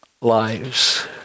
lives